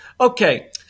Okay